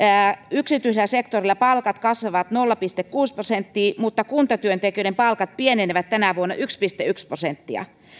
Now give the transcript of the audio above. yksityisellä sektorilla palkat kasvavat nolla pilkku kuusi prosenttia mutta kuntatyöntekijöiden palkat pienenevät tänä vuonna yksi pilkku yksi prosenttia